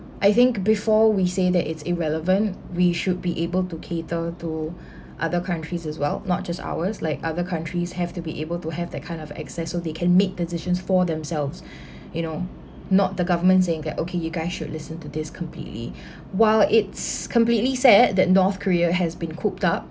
I think before we say that it's irrelevant we should be able to cater to other countries as well not just ours like other countries have to be able to have that kind of access so they can make decisions for themselves you know not the government saying that okay you guys should listen to this completely while it's completely sad that north-korea has been cooped up